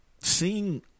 seeing